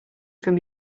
from